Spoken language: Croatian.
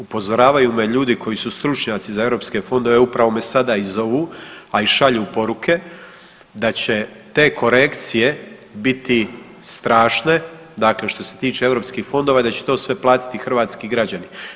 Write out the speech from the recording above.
Upozoravaju me ljudi koji su stručnjaci za Europske fondove, evo upravo me sada i zovu a i šalju poruke da će te korekcije biti strašne, dakle što se tiče Europskih fondova i da će to sve platiti hrvatski građani.